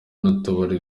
n’ubutwari